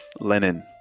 Lenin